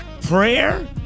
Prayer